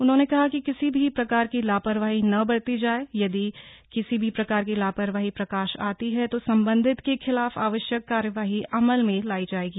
उन्होने कहा कि किसी भी प्रकार की लापरवाही न बरती जाये यदि किसी भी प्रकार की लापरवाही प्रकाश आती है तो सम्बन्धित के खिलाफ आवश्यक कार्यवाही अमल में लायी जाएगी